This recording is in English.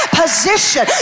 position